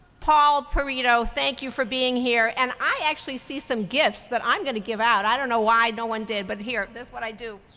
paul perito, thank you for being here. and i actually see some gifts that i'm going to give out. i don't know why no one did. but here, this is what i do.